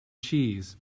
cheese